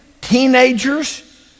teenagers